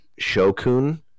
shokun